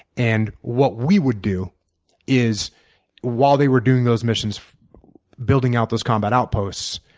and what we would do is while they were doing those missions building out those combat outposts,